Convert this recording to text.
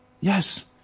Yes